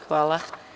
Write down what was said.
Hvala.